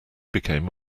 became